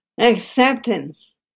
Acceptance